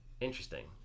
Interesting